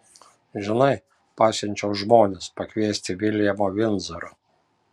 žinai pasiunčiau žmones pakviesti viljamo vindzoro